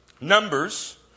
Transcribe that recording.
Numbers